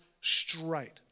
straight